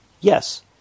yes